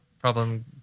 problem